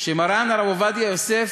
שמרן הרב עובדיה יוסף,